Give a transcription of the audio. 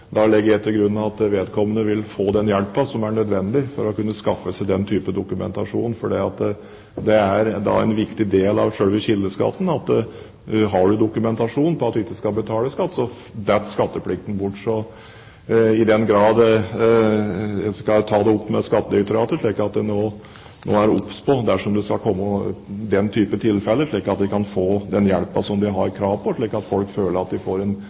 vil få den hjelpen som er nødvendig for å kunne skaffe seg den typen dokumentasjon. For det er en viktig del av selve kildeskatten at har man dokumentasjon på at man ikke skal betale skatt, så faller skatteplikten bort. En bør ta dette opp med Skattedirektoratet, slik at de er obs dersom det skulle komme den typen tilfeller, og slik at en kan få den hjelpen som en har krav på, og folk kan føle at de får en